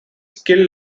skill